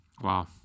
Wow